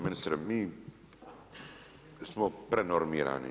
Ministre, mi smo prenormirani.